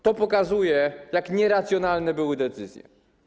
To pokazuje, jak nieracjonalne były decyzje.